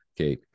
okay